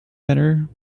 better